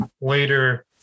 later